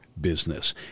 Business